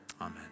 Amen